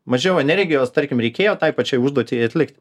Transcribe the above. mažiau energijos tarkim reikėjo tai pačiai užduočiai atlik